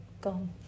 gone